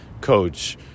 coach